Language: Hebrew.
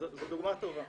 זו דוגמה טובה.